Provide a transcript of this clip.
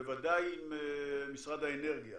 בוודאי עם משרד האנרגיה